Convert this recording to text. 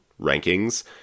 rankings